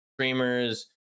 streamers